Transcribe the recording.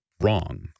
wrong